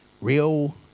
real